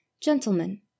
Gentlemen